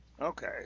Okay